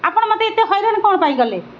ଆପଣ ମୋତେ ଏତେ ହଇରାଣ କ'ଣ ପାଇଁ କଲେ